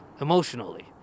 emotionally